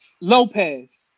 Lopez